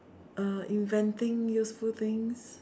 uh inventing useful things